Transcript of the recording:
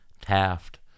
Taft